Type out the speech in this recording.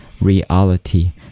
reality